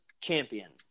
champion